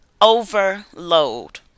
Overload